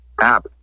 App